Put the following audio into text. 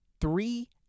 three